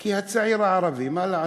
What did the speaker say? כי הצעיר הערבי, מה לעשות,